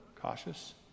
cautious